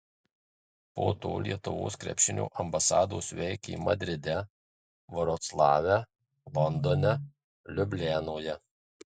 po to lietuvos krepšinio ambasados veikė madride vroclave londone liublianoje